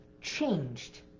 changed